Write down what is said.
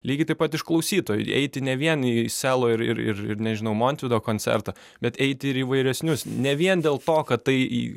lygiai taip pat iš klausytojų eiti ne vien į selo ir ir ir nežinau montvido koncertą bet eiti ir į įvairesnius ne vien dėl to kad tai